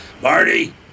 Marty